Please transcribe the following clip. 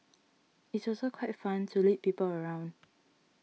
it's also quite fun to lead people around